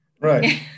Right